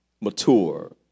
mature